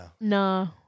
No